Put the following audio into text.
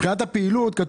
הקיצוץ?